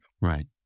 Right